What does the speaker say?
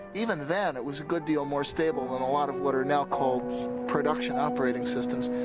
even then it was a good deal more stable than a lot of what are now called production operating systems.